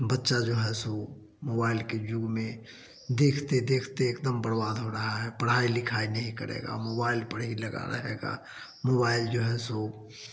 बच्चा जो है वह मोबाइल के युग में देखते देखते एक दम बर्बाद हो रहा है पढ़ाई लिखाई नहीं करेगा मोबाइल पर ही लगा रहेगा मोबाइल जो है सो